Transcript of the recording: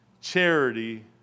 Charity